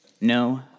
No